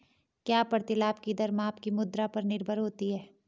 क्या प्रतिलाभ की दर माप की मुद्रा पर निर्भर होती है?